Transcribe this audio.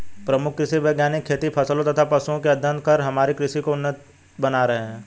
प्रमुख कृषि वैज्ञानिक खेती फसलों तथा पशुओं का अध्ययन कर हमारी कृषि को उन्नत बना रहे हैं